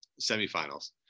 semifinals